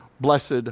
Blessed